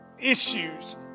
issues